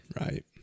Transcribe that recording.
Right